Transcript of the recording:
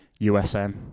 usm